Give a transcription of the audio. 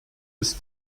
ist